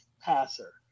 passer